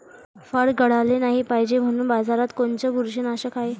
फळं गळाले नाही पायजे म्हनून बाजारात कोनचं बुरशीनाशक हाय?